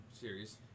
series